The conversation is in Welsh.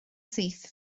syth